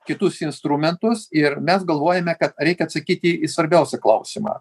kitus instrumentus ir mes galvojame kad reikia atsakyti į svarbiausią klausimą